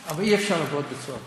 לא, לא, אבל אי-אפשר לעבוד בצורה כזאת.